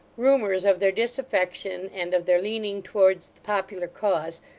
rumours of their disaffection, and of their leaning towards the popular cause,